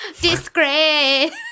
Disgrace